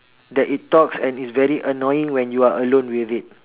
that it talks and is very annoying when you are alone with it